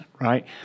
right